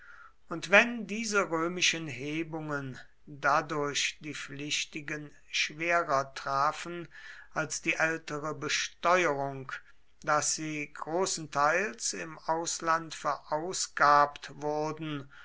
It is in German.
und wenn diese römischen hebungen dadurch die pflichtigen schwerer trafen als die ältere besteuerung daß sie großenteils im ausland verausgabt wurden